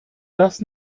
das